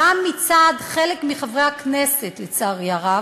גם מצד חלק מחברי הכנסת, לצערי הרב,